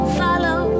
follow